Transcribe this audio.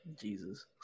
Jesus